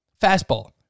Fastball